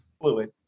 fluid